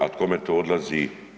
A kome to odlazi?